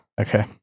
okay